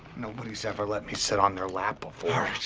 nobody's ever let me sit on their lap before.